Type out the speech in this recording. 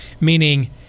Meaning